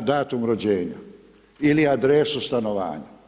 datum rođenja ili adresu stanovanja.